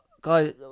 guys